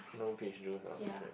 no peach juice ah okay